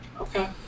Okay